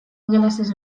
ingelesez